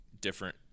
different